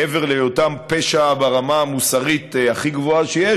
מעבר להיותם מבחינה מוסרית פשע ברמה הכי גבוהה שיש,